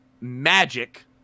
magic